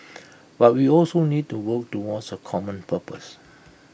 but we also need to work towards A common purpose